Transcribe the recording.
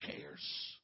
cares